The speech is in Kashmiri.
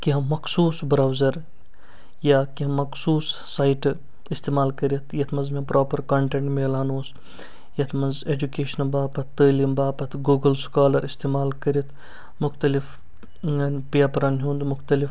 کیٚنٛہہ مخصوٗص برٛوزَر یا کیٚنٛہہ مخصوٗص سایٹہٕ استعمال کٔرِتھ یَتھ منٛز مےٚ پرٛاپَر کۄنٹیٚنٛٹ میلان اوس یَتھ منٛز ایٚجوکیشنہٕ باپَتھ تٲلیٖم باپَتھ گوٗگُل سُکالَر استعمال کٔرِتھ مختلف پیپرَن ہیٛونٛد مُختلِف